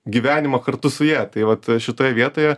gyvenimą kartu su ja tai vat šitoje vietoje